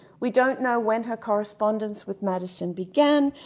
we don't know when her correspondence with madison began,